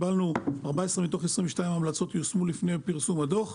14 מתוך 22 המלצות יושמו לפני פרסום הדוח,